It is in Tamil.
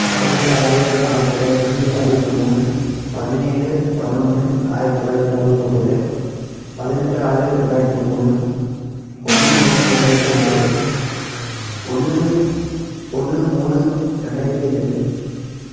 பத்தொம்பது ஆறு ஆயிரத்தி தொள்ளாயிரத்தி அறுபத்தி மூணு பதினேழு பதினொன்று ஆயிரத்தி தொள்ளாயிரத்தி அறுவத்தொன்போது பதினெட்டு ஆறு ரெண்டாயிரத்தி மூணு ஒன்று ஒன்று ரெண்டாயிரத்தி ஆறு ஒன்று ஒன்று மூணு இரண்டாயிரத்தி ரெண்டு